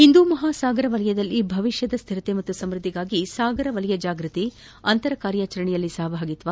ಹಿಂದೂಮಹಾಸಾಗರದಲ್ಲಿ ಭವಿಷ್ಯದ ಸ್ಥಿರತೆ ಹಾಗೂ ಸಮ್ನದ್ಲಿಗಾಗಿ ಸಾಗರ ವಲಯ ಜಾಗೃತಿ ಅಂತರ್ ಕಾರ್ಯಾಚರಣೆಯಲ್ಲಿ ಸಹಭಾಗಿತ್ವ